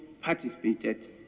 participated